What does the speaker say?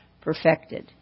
perfected